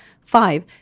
Five